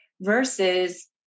versus